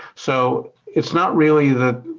so it's not really that